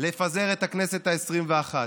לפזר את הכנסת העשרים-ואחת.